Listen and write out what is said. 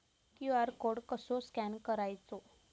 QR code कसो scan करायचो?